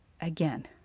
Again